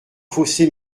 fossé